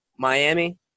Miami